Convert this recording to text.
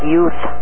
Youth